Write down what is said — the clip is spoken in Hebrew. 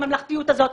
בממלכתיות הזאת,